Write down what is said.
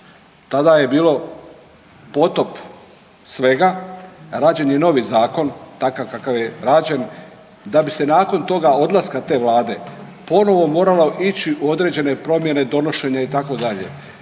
tada je bilo potop svega rađen je novi zakon, takav kakav je rađen da bi se nakon toga, odlaska te vlade ponovo moralo ići u određene promjene, donošenje itd.